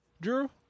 Drew